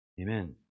Amen